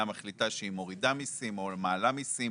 מחליטה שהיא מורידה מיסים או מעלה מיסים.